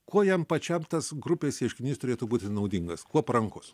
kuo jam pačiam tas grupės ieškinys turėtų būti naudingas kuo parankus